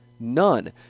None